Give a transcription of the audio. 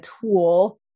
tool